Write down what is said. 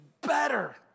better